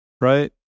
right